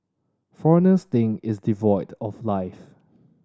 foreigners think it's devoid of life